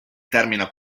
termina